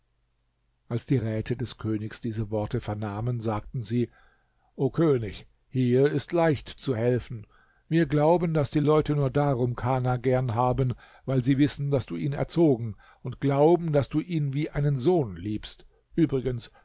als die räte des königs diese worte vernahmen sagten sie o könig hier ist leicht zu helfen wir glauben daß die leute nur darum kana gern haben weil sie wissen daß du ihn erzogen und glauben daß du ihn wie einen sohn liebst übrigens